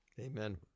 Amen